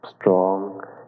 strong